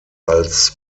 als